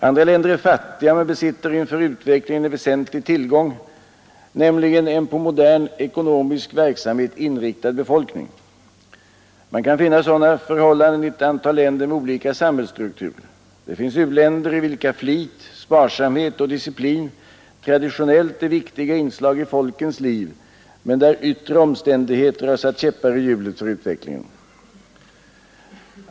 Andra länder är fattiga men besitter inför utvecklingen en väsentlig tillgång, nämligen en på modern ekonomisk verksamhet inriktad befolkning. Man kan finna sådana förhållanden i ett antal länder med olika samhällsstruktur. Det finns u-länder i vilka flit, sparsamhet och disciplin traditionellt är viktiga inslag i folkets liv, men där yttre omständigheter har satt käppar i hjulet för utvecklingen.